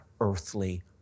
earthly